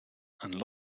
and